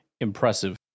impressive